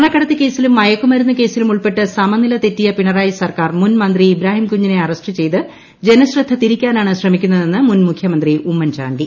ഉമ്മൻചാണ്ടി സ്വർണക്കടത്തു കേസിലും മയക്കുമരുന്നു കേസിലും ഉൾപ്പെട്ട് സമനില തെറ്റിയ പിണറായി സർക്കാർ മുൻ മന്ത്രി ഇബ്രാഹിം കുഞ്ഞിനെ അറസ്റ്റ് ചെയ്ത് ജനശ്രദ്ധ തിരിക്കാനാണ് ശ്രമിക്കുന്നതെന്നു മുൻമുഖ്യമന്ത്രി ഉമ്മൻ ചാണ്ടി